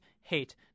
hate